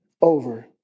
over